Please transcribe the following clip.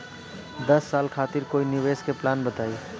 दस साल खातिर कोई निवेश के प्लान बताई?